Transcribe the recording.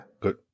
Good